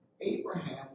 Abraham